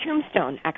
tombstone